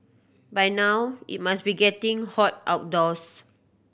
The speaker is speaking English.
by now it must be getting hot outdoors